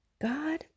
God